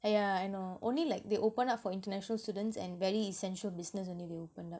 !aiya! I know only like they open up for international students and very essential business only they opened up